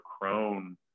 crone